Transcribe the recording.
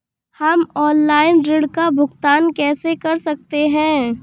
हम ऑनलाइन ऋण का भुगतान कैसे कर सकते हैं?